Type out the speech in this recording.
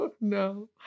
No